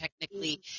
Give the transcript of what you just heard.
technically